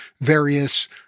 various